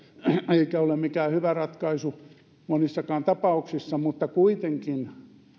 eikä ole mikään hyvä ratkaisu monissakaan tapauksissa kuitenkin